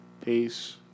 Peace